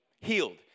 Healed